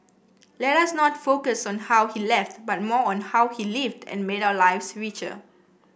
let us not focus on how he left but more on how he lived and made our lives richer